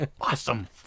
Awesome